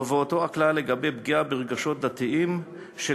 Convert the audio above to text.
ואותו הכלל לגבי פגיעה ברגשות דתיים של